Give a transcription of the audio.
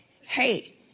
Hey